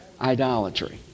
idolatry